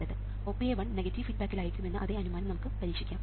OPA1 negative ഫീഡ്ബാക്കിൽ ആയിരിക്കുമെന്ന അതേ അനുമാനം നമുക്ക് പരീക്ഷിക്കാം